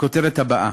הכותרת הבאה: